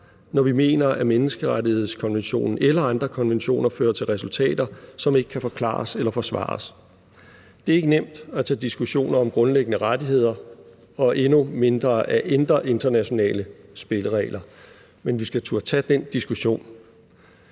når vi mener, at menneskerettighedskonventionen eller andre konventioner fører til resultater, som ikke kan forklares eller forsvares. Det er ikke nemt at tage diskussioner om grundlæggende rettigheder og endnu mindre at ændre internationale spilleregler, men vi skal turde tage den diskussion.